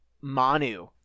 Manu